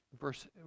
Verse